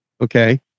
Okay